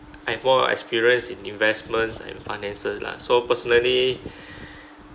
I have more experience in investments and finances lah so personally